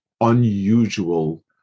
unusual